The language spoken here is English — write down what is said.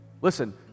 Listen